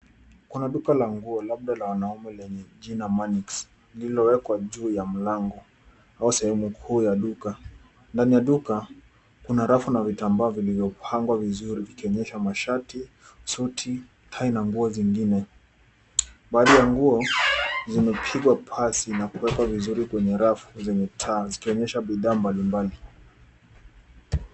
Kuna duka la nguo labda la wanaume lenye jina Manix lilowekwa juu ya mlango au sehemu kuu ya duka. Ndani ya duka kuna rafu na vitambaa vilivyopangwa vizuri vikionyesha mashati, suti, tai na nguo zingine. Baadhi ya nguo zimepigwa pasi na kuwekwa vizuri kwenye rafu zenye taa zikionyesha bidhaa mbalimbali.